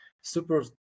super